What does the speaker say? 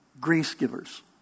grace-givers